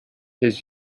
his